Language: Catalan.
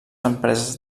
empreses